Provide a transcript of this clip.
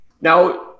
now